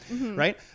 right